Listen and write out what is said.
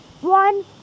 one